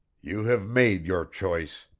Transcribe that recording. you have made your choice!